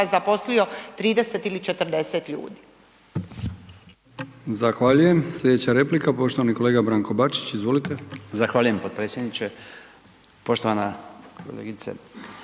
zaposlio 30 ili 40 ljudi.